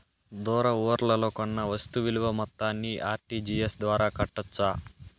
దూర ఊర్లలో కొన్న వస్తు విలువ మొత్తాన్ని ఆర్.టి.జి.ఎస్ ద్వారా కట్టొచ్చా?